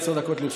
עשר דקות לרשותך.